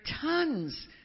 tons